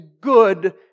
good